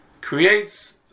creates